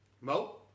Mo